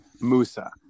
Musa